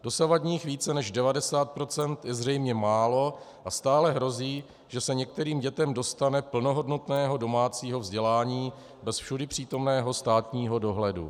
Dosavadních více než 90 % je zřejmě málo a stále hrozí, že se některým dětem dostane plnohodnotného domácího vzdělávání bez všudypřítomného státního dohledu.